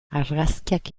argazkiak